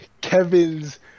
Kevin's